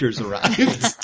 arrived